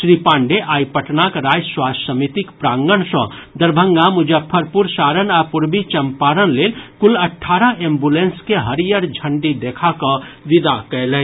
श्री पांडेय आइ पटनाक राज्य स्वास्थ्य समितिक प्रांगण सँ दरभंगा मुजफ्फरपुर सारण आ पूर्वी चम्पारण लेल कुल अठारह एम्बुलेंस के हरियर झंडी देखा कऽ विदा कयलनि